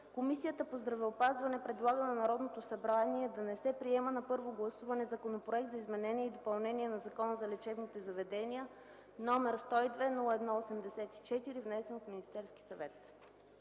Комисията по здравеопазването предлага на Народното събрание да не приеме на първо гласуване Законопроект за изменение и допълнение на Закона за лечебните заведения, № 102-01-84, внесен от Министерския съвет.”